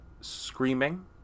screaming